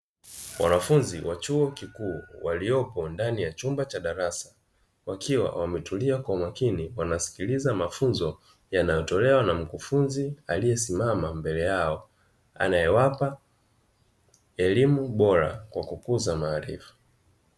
Wanafunzi wa chuo kikuu, waliopo ndani ya chumba cha darasa, wakiwa wametulia kwa umakini, wanasikiliza mafunzo yanayotolewa na mkufunzi aliyesimama mbele yao, anayewapa elimu bora kwa kukuza maarifa.